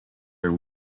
are